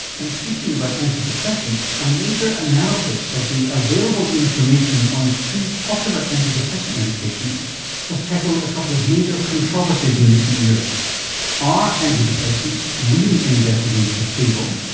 and speaking about antidepressants, a major analysis of the available information on two popular antidepressant medications has tackled a couple of major controversies in recent years are antidepressants really any better than placebo,